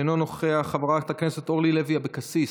אינו נוכח, חברת הכנסת אורלי לוי אבקסיס,